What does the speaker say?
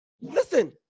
listen